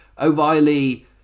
O'Reilly